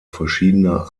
verschiedener